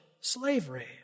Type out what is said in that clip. slavery